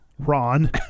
Ron